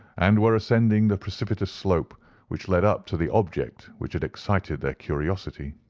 and were ascending the precipitous slope which led up to the object which had excited their curiosity.